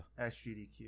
sgdq